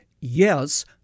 Yes